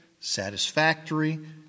satisfactory